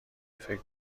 فکر